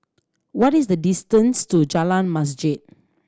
what is the distance to Jalan Masjid